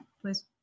please